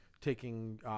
taking, –